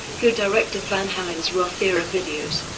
who directed van halen's roth-era videos.